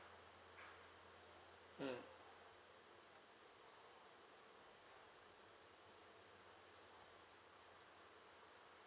mm